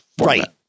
Right